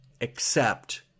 accept